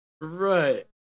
Right